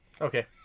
okay